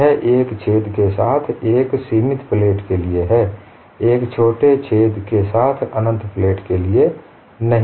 यह एक छेद के साथ एक सीमित प्लेट के लिए है एक छोटे छेद के साथ अनंत प्लेट के लिए नहीं